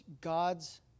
God's